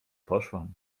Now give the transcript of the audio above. poszłam